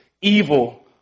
evil